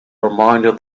reminded